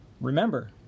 remember